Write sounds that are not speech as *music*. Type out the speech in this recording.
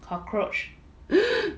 *noise*